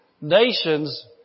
Nations